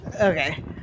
Okay